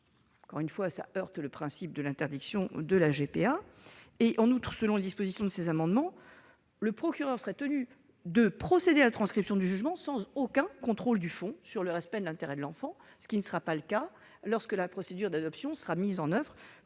encore une fois, le principe de l'interdiction de la GPA en France. En outre, selon les dispositions de ces amendements, le procureur de la République serait tenu de procéder à la transcription du jugement sans aucun contrôle de fond sur le respect de l'intérêt de l'enfant, ce qui ne sera pas le cas si la procédure d'adoption est mise en oeuvre